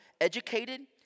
educated